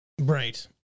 Right